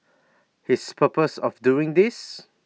his purpose of doing this